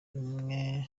imwe